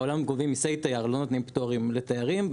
בעולם גובים מיסי תייר לא נותנים פטורים לתיירים,